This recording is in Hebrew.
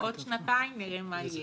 עוד שנתיים נראה מה יהיה,